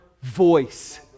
voice